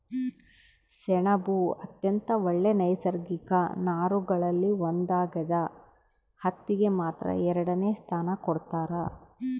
ಸೆಣಬು ಅತ್ಯಂತ ಒಳ್ಳೆ ನೈಸರ್ಗಿಕ ನಾರುಗಳಲ್ಲಿ ಒಂದಾಗ್ಯದ ಹತ್ತಿಗೆ ಮಾತ್ರ ಎರಡನೆ ಸ್ಥಾನ ಕೊಡ್ತಾರ